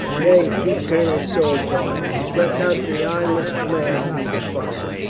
nay, keep colonel stow apart. let not the honest man be defiled.